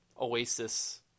Oasis